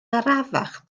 arafach